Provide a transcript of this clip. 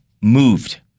moved